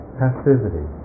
passivity